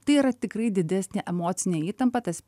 tai yra tikrai didesnė emocinė įtampa tas